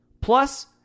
Plus